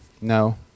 no